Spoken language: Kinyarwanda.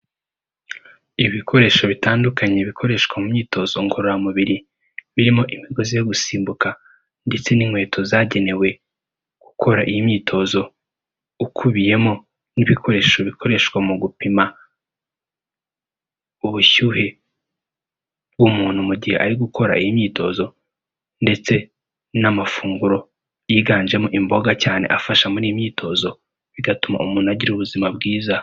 Ibikoresho bitandukanye bikoreshwa mu myitozo ngororamubiri, birimo, imigozi yo gusimbuka, ndetse n'inkweto zagenewe gukora iyi myitozo, ukubiyemo n'ibikoresho bikoreshwa mu gupima ubushyuhe bw'umuntu mu gihe ari gukora iyi imyitozo, ndetse n'amafunguro yiganjemo imboga cyane afasha muriyi myitozo bigatuma umuntu agira ubuzima bwiza.